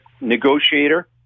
negotiator